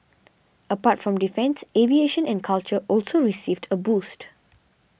apart from defence aviation and culture also received a boost